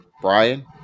Brian